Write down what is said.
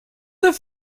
that